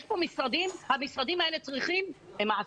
יש פה משרדים שהם מעסיקים.